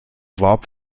warb